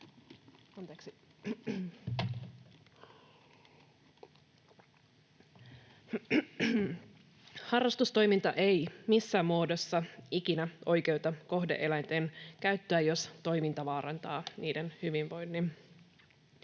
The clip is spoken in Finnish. Harrastustoiminta ei missään muodossa ikinä oikeuta kohde-eläinten käyttöä, jos toiminta vaarantaa niiden hyvinvoinnin.